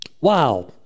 Wow